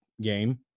game